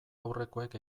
aurrekoek